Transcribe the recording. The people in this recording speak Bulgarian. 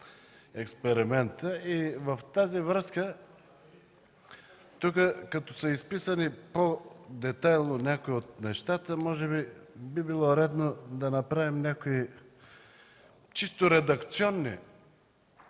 се разширява. В тази връзка тук като са изписани по-детайлно някои от нещата, може би е редно да направим някои чисто редакционни